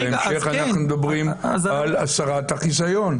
בהמשך אנחנו מדברים על הסרת החיסיון?